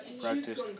practiced